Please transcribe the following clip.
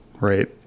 right